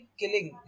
killing